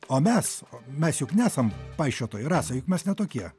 o mes mes juk nesam paisčiotojai rasa juk mes ne tokie